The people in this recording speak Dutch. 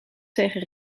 tegen